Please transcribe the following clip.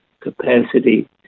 capacity